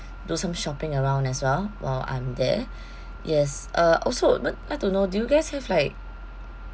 do some shopping around as well while I'm there yes uh also but I don't know do you guys have like